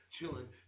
chilling